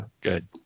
Good